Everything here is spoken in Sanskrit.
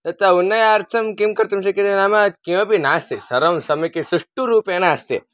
तत्र उन्नयार्थं किं कर्तुं शक्यते नाम किमपि नास्ति सर्वं सम्यक्के सुष्टुरूपेण अस्ति